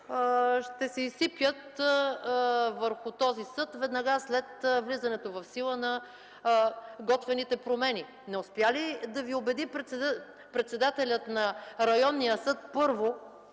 ще се изсипят върху този съд веднага след влизането в сила на готвените промени? Не успя ли да Ви убеди председателят на районния съд – първо,